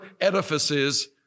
edifices